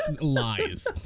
lies